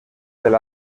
del